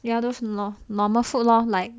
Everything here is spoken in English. ya those nor~ normal food lor like